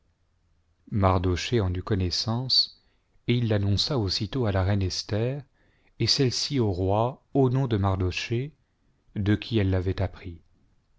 en eut connaissance et il l'annonça aussitôt à la reine esther et celle-ci au roi au nom de mardochée de oui elle l'avait appris